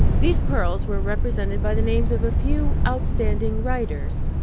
these pearls were represented by the names of a few outstanding writers,